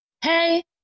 Hey